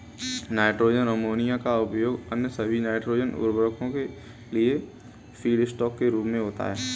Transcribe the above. nitrogen ammonia का उपयोग अन्य सभी नाइट्रोजन उवर्रको के लिए फीडस्टॉक के रूप में होता है